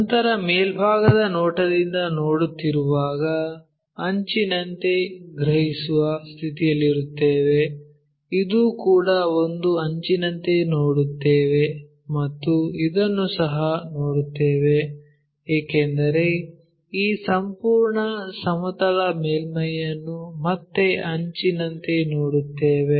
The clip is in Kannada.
ನಂತರ ಮೇಲ್ಭಾಗದ ನೋಟದಿಂದ ನೋಡುತ್ತಿರುವಾಗ ಅಂಚಿನಂತೆ ಗ್ರಹಿಸುವ ಸ್ಥಿತಿಯಲ್ಲಿರುತ್ತೇವೆ ಇದು ಕೂಡ ಒಂದು ಅಂಚಿನಂತೆ ನೋಡುತ್ತೇವೆ ಮತ್ತು ಇದನ್ನು ಸಹ ನೋಡುತ್ತೇವೆ ಏಕೆಂದರೆ ಈ ಸಂಪೂರ್ಣ ಸಮತಲ ಮೇಲ್ಮೈಯನ್ನು ಮತ್ತೆ ಅಂಚಿನಂತೆ ನೋಡುತ್ತೇವೆ